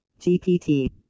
GPT